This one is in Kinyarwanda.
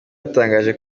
yatangaje